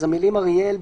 אז המילים "אריאל",